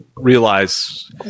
realize